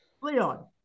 Leon